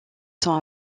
temps